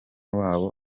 wabo